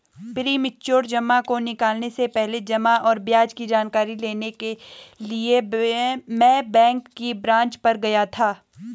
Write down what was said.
premature जमा को निकलने से पहले जमा और ब्याज की जानकारी लेने के लिए मैं बैंक की ब्रांच पर गया था